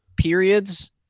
periods